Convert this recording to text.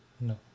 No